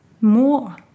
more